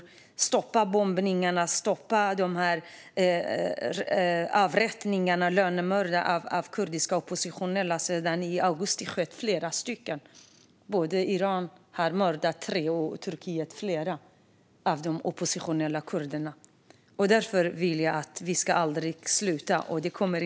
Man måste stoppa bombningarna, avrättningarna och lönnmördandet av kurdiska oppositionella. Det har sedan augusti skett flera mord. Iran har mördat tre och Turkiet flera av de oppositionella kurderna. Därför vill jag att vi aldrig ska sluta att påtala vad som sker.